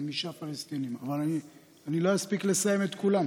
חמישה פלסטינים, אבל אני לא אספיק לסיים את כולם,